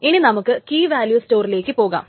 ഇനി നമുക്ക് key value സ്റ്റോറിലേക്ക് പോകാം